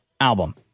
album